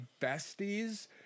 besties